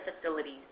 facilities